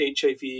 HIV